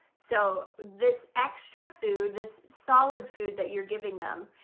so this extra food, this solid food that you're giving them,